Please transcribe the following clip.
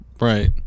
Right